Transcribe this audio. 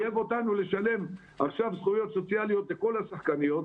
חייב אותנו עכשיו לשלם זכויות סוציאליות לכל השחקניות,